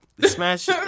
Smash